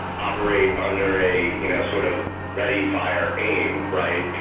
operate under a you know sort of ready, fire, aim, right? and